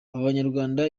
abanyarwanda